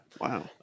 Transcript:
Wow